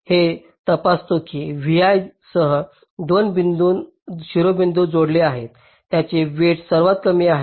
हे तपासते की vi सह दोन शिरोबिंदू जोडलेले आहेत ज्याचे वेईटस सर्वात कमी आहे